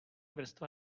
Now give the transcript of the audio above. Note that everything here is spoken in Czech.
vrstva